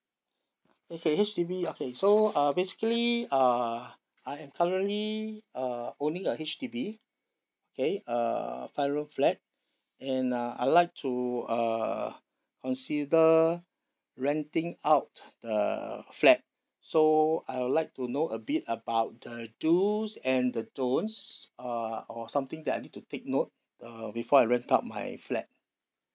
okay H_D_B okay so uh basically uh I am currently uh owning a H_D_B okay uh five room flat and uh I'd like to uh consider renting out the flat so I would like to know a bit about the dos and the don't uh or something that I need to take note uh before I rent out my flat